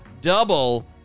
double